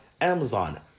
Amazon